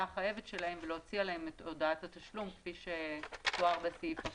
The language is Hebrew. החייבת שלהם ולהוציא להם את הודעת התשלום כפי שתואר בסעיף הקודם.